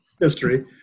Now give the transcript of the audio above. history